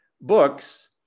books